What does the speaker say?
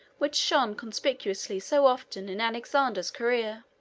which shone conspicuously so often in alexander's career,